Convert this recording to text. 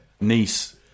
Nice